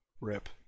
Rip